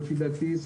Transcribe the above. לפי דעתי,